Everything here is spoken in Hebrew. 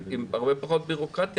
עם הרבה פחות בירוקרטיה,